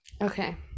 Okay